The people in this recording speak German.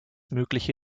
mögliche